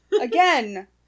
again